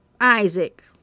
Isaac